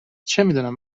چمیدونم